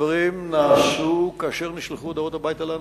הדברים נעשו כאשר נשלחו הודעות הביתה לאנשים.